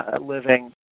living